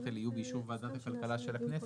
האלה יהיו באישור ועדת הכלכלה של הכנסת,